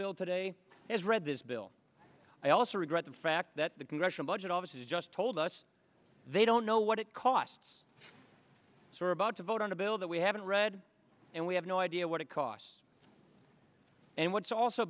bill today as read this bill i also regret the fact that the congressional budget office has just told us they don't know what it costs so we're about to vote on a bill that we haven't read and we have no idea what it costs and what's also